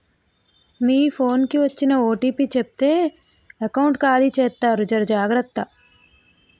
మీ phone కి వచ్చిన OTP చెప్తే ఎకౌంట్ ఖాళీ జెత్తారు జర జాగ్రత్త